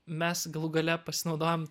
mes galų gale pasinaudojom